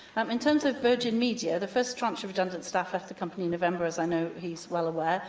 um in terms of virgin media, the first tranche of redundant staff left the company in november, as i know he's well aware.